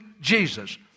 Jesus